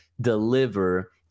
deliver